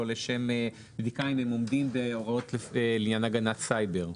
לשם בדיקה אם הן עומדות בהוראות לעניין הגנת סייבר.